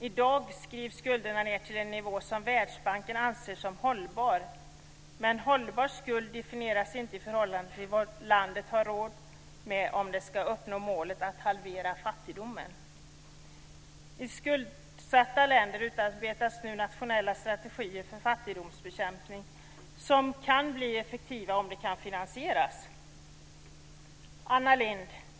I dag skrivs skulderna ned till en nivå som Världsbanken anser vara hållbar, men som hållbar skuld definieras inte vad landet har råd med för att uppnå målet att halvera fattigdomen. I skuldsatta länder utarbetas nu nationella strategier för fattigdomsbekämpning som kan bli effektiva om de kan finansieras. Anna Lindh!